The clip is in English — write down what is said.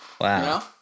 wow